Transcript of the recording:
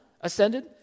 ascended